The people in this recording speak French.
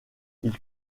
ils